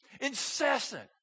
incessant